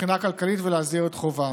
מבחינה כלכלית ולהסדיר את חובם.